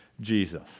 Jesus